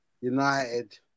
United